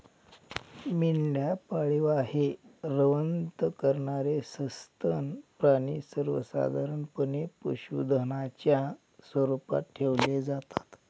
मेंढ्या पाळीव आहे, रवंथ करणारे सस्तन प्राणी सर्वसाधारणपणे पशुधनाच्या स्वरूपात ठेवले जातात